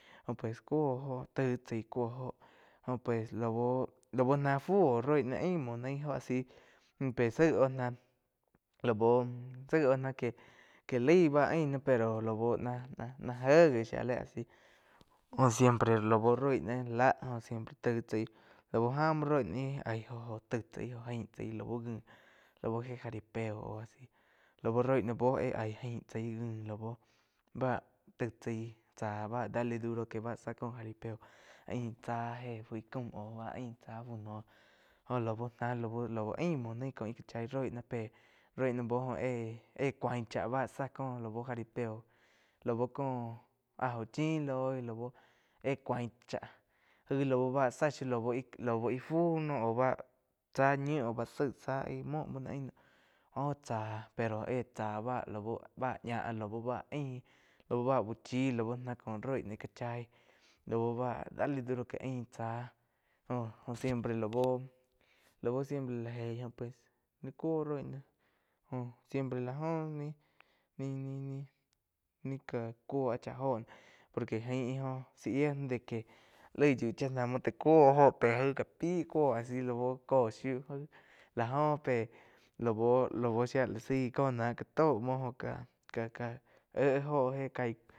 Jó pues cúo óho tai chaí cúo óho jo pues lau, lau náh fu óh roi ná aim muo naí óho a si óh pe zaig óh náh la bu zaíh óh ná que, que laig bá ain nah pero laú náh-náh éh gi shía la asi jóh siempre lau roi náh lá óh siempre taig chaí lau ja muo roi ná íh aí jó tai chái óh ain tsái lau ngi lau jé jaripeo o a si laú roí náh buo éh aíg ain chai lau bá taig chaí bá cha dale duro bá zá cóh jaripeo aín tsá eh fu íh caum au bá ain tsá fu noh jó lau ná lau aim muo naí có ih cá chai roi ná pe roi ná buo óh éh-éh cuain chá báh zá có lau jaripeo lau có áh oh chin loi lu éh cuáin chá aíg lau éh záh shiu lau íh fu noh au bá tzá ñiu bá zaig zá aig múo bá no ain naum joh chá pero óh éh tzá lau bá ñá lau bá ain aú bá uh chi lau náh có roi ná cá chai lau bá dale duro que ain tzá jo siempre lau, siempre la jeig pues ni cúo roi náh jó siempre la joh main-main ni gá cúo áh cha óho noh por que jain óh zá yía de que laig yiu cha na muo tá cuo oh pe jaih cá pai cúo asi lau có shíu jai lá oh peh lau-lau shía la zaí có náh ga tau muo óh ká-ká já éh óho éh kaí.